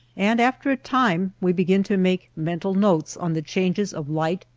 and after a time we begin to make mental notes on the changes of light,